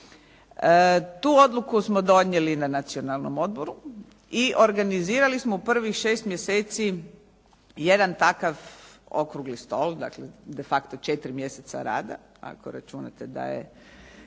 Tu odluku smo donijeli na Nacionalnom odboru i organizirali smo u prvih šest mjeseci jedan takav okrugli stol, dakle de facto četiri mjeseca rada ako računate da je